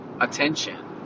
attention